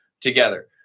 together